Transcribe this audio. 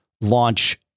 launch